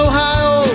Ohio